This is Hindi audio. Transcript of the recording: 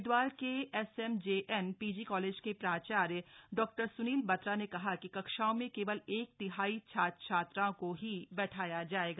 हरिद्वार के S M J N PG college के प्राचार्य डॉक्टर सुनील बत्रा ने कहा कि कक्षाओं में केवल एक तिहाई छात्र छात्राओं को ही बैठाया जाएगा